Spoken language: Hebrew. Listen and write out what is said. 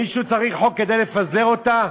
מישהו צריך חוק כדי לפזר אותה?